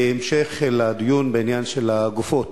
בהמשך לדיון בעניין של הגופות: